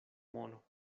mono